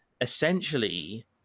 Essentially